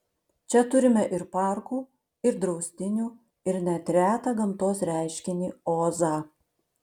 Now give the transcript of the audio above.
čia turime ir parkų ir draustinių ir net retą gamtos reiškinį ozą